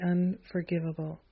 Unforgivable